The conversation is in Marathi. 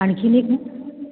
आणखी एक